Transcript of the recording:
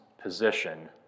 position